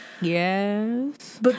Yes